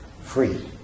free